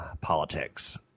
politics